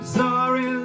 sorry